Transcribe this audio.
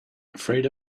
afraid